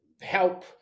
help